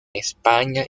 españa